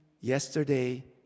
yesterday